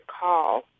call